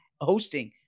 hosting